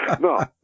No